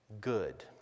good